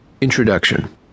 Introduction